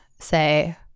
say